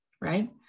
right